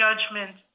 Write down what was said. judgment